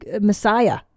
Messiah